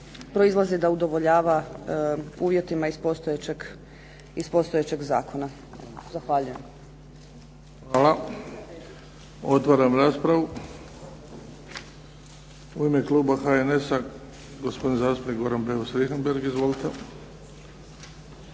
proizlazi da udovoljava uvjetima iz postojećeg zakona. Zahvaljujem. **Bebić, Luka (HDZ)** Hvala. Otvaram raspravu. U ime kluba HNS-a, gospodin zastupnik Goran Beus Richembergh. Izvolite.